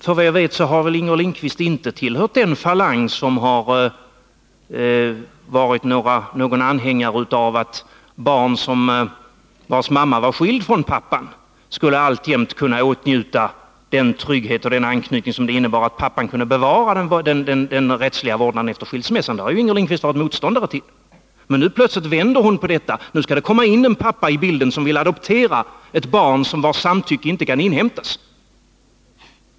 Såvitt jag vet har inte Inger Lindquist tillhört den falang som har varit anhängare av att barn, vars mamma var skild från pappan, alltjämt skulle kunna åtnjuta den trygghet och anknytning som det innebar att pappan kunde behålla den rättsliga vårdnaden efter skilsmässan. Det har ju Inger Lindquist varit motståndare till. Nu byter hon plötsligt åsikt. Nu skall det komma in en pappa i bilden som vill adoptera ett barn vars samtycke inte kan inhämtas.